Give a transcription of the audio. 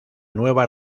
nueva